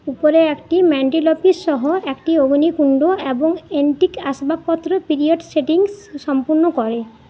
উপরে একটি ম্যান্টিলপিস সহ একটি অগ্নিকুণ্ড এবং এন্টিক আসবাবপত্র পিরিয়ড সেটিংস সম্পূর্ণ করে